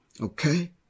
Okay